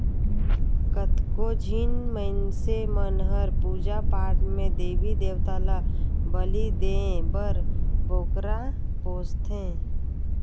कतको झिन मइनसे मन हर पूजा पाठ में देवी देवता ल बली देय बर बोकरा पोसथे